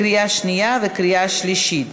קריאה שנייה וקריאה שלישית.